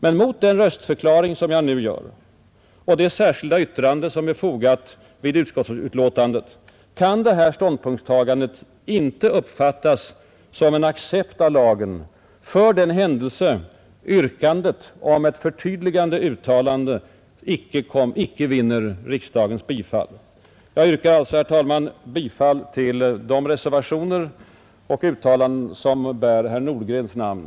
Men mot denna röstförklaring som jag nu gör och det särskilda yttrande som är fogat till utskottsutlåtandet kan detta vårt ståndpunktstagande icke uppfattas som en accept av lagen för den händelse vårt yrkande om ett förtydligande uttalande icke vinner riksdagens bifall. Herr talman! Jag yrkar alltså bifall till de reservationer och uttalanden som bär herr Nordgrens namn.